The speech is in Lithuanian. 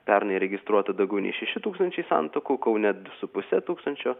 pernai įregistruota daugiau nei šeši tūkstančiai santuokų kaune du su puse tūkstančio